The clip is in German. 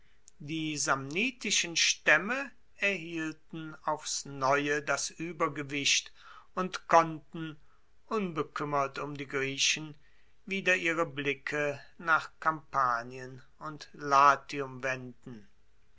die samnitischen staemme erhielten aufs neue das uebergewicht und konnten unbekuemmert um die griechen wieder ihre blicke nach kampanien und latium wenden